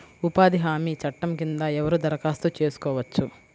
ఉపాధి హామీ చట్టం కింద ఎవరు దరఖాస్తు చేసుకోవచ్చు?